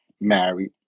married